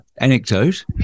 anecdote